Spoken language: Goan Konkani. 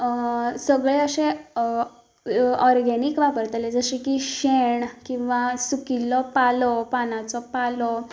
सगळें अशें ऑरगेनिक वापरतालें जशें की शेण किंवा सुकिल्लो पालो पानांचो पालो